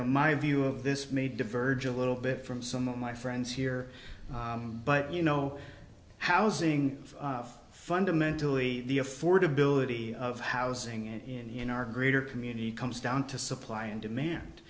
know my view of this may diverge a little bit from some of my friends here but you know housing fundamentally the affordability of housing and in our greater community comes down to supply and demand